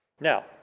Now